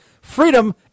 freedom